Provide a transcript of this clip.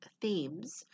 themes